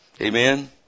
Amen